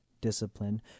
discipline